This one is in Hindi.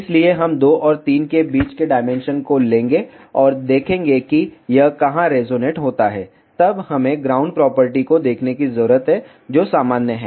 इसलिए हम 2 और 3 के बीच के डायमेंशन को लेंगे और देखेंगे कि यह कहां रेजोनेट होता है तब हमें ग्राउंड प्रॉपर्टी को देखने की जरूरत है जो सामान्य है